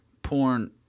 Porn